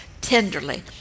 tenderly